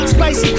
Spicy